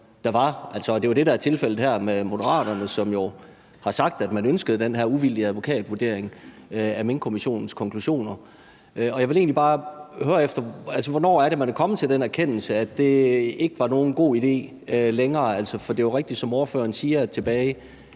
det er jo det, der er tilfældet med Moderaterne, som jo har sagt, at man ønskede den her uvildige advokatvurdering af Minkkommissionens konklusioner: Hvornår er man kommet til den erkendelse, at det ikke var nogen god idé længere? For det er jo rigtigt, som ordføreren siger, at tilbage